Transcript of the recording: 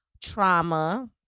trauma